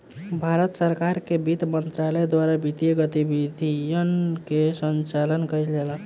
भारत सरकार के बित्त मंत्रालय द्वारा वित्तीय गतिविधियन के संचालन कईल जाला